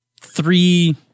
three